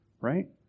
right